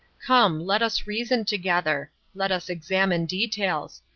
come, let us reason together. let us examine details.